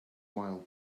while